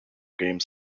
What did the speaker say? game